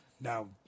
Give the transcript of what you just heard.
Now